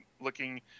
looking